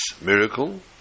miracle